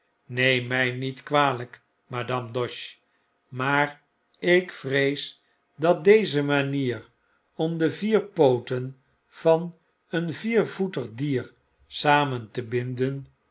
neem my niet kwalyk madame doche maar ik vrees dat deze manier om de vier pooten van een viervoetig dier samen te binden